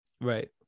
right